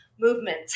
movement